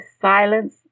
silence